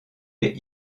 les